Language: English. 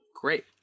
Great